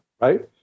right